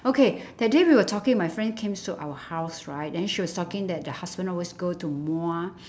okay that day we were talking my friend cames to our house right then she was talking that the husband always go to muar